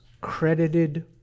credited